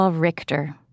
Richter